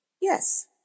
yes